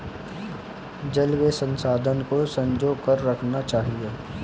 जल के संसाधन को संजो कर रखना चाहिए